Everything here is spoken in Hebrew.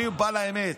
אני בא לאמת.